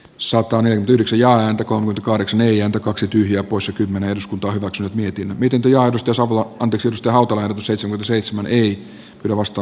sopanen tylyksi ja antakoon kahdeksan neljä kaksi tyhjää poissa kymmenen eduskuntalaitoksen mietin miten työ edustus on kova kundi syystä auto vain seitsemän seitsemän jiri novasta